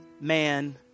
man